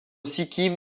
sikkim